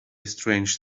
strange